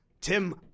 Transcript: Tim